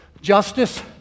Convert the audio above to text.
Justice